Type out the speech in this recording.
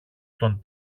τον